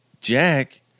Jack